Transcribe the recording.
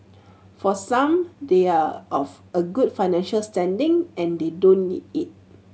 for some they are of a good financial standing and they don't need it